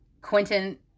Quentin